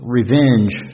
revenge